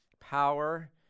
power